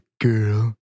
girl